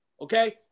Okay